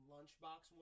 Lunchbox